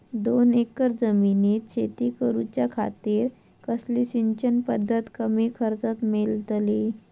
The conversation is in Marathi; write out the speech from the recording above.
दोन एकर जमिनीत शेती करूच्या खातीर कसली सिंचन पध्दत कमी खर्चात मेलतली?